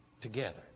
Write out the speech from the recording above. together